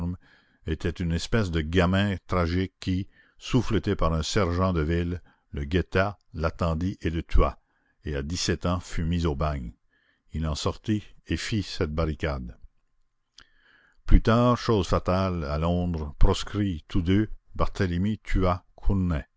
était une espèce de gamin tragique qui souffleté par un sergent de ville le guetta l'attendit et le tua et à dix-sept ans fut mis au bagne il en sortit et fît cette barricade plus tard chose fatale à londres proscrits tous deux barthélemy tua